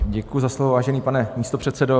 Děkuji za slovo, vážený pane místopředsedo.